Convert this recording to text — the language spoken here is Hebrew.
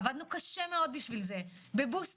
עבדנו קשה מאוד בשביל זה בבוסטרים,